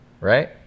right